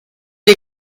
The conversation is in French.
les